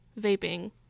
vaping